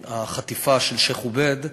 החטיפה של שיח' עובייד.